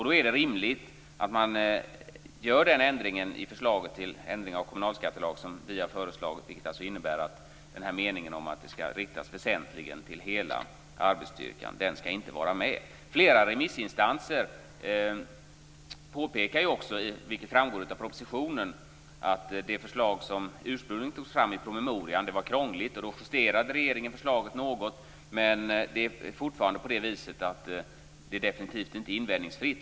Då är det rimligt att man i förslaget till ändring av kommunalskattelag gör den ändring som vi har föreslagit, vilket innebär att meningen om att förmånen väsentligen skall riktas till hela arbetsstyrkan inte skall vara med. Flera remissinstanser påpekar också, vilket framgår av propositionen, att det förslag som ursprungligen togs fram i promemorian var krångligt. Regeringen justerade därför förslaget något. Men det är fortfarande definitivt inte invändningsfritt.